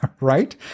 Right